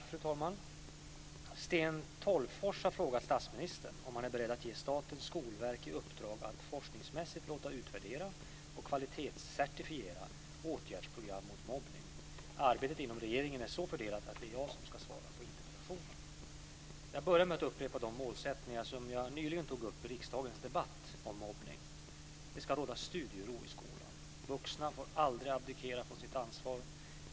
Fru talman! Sten Tolgfors har frågat statsministern om han är beredd att ge Statens skolverk i uppdrag att forskningsmässigt låta utvärdera och kvalitetscertifiera åtgärdsprogram mot mobbning. Arbetet inom regeringen är så fördelat att det är jag som ska svara på interpellationen. Jag börjar med att upprepa de målsättningar som jag nyligen tog upp i riksdagens debatt om mobbning. Det ska råda studiero i skolan. Vuxna får aldrig abdikera från sitt ansvar.